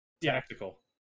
tactical